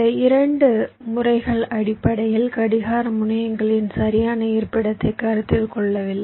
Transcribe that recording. இந்த 2 முறைகள் அடிப்படையில் கடிகார முனையங்களின் சரியான இருப்பிடத்தை கருத்தில் கொள்ளவில்லை